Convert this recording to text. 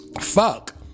Fuck